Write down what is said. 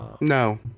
No